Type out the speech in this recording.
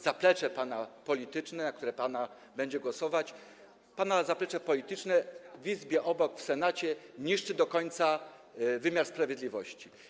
Pana zaplecze polityczne, które na pana będzie głosować, pana zaplecze polityczne w Izbie obok, w Senacie, niszczy do końca wymiar sprawiedliwości.